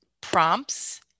prompts